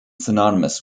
synonymous